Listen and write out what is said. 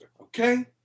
Okay